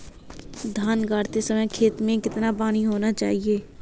धान गाड़ते समय खेत में कितना पानी होना चाहिए?